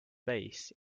bass